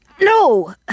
No